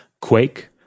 quake